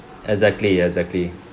exactly exactly